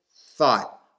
thought